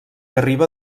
arriba